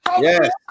Yes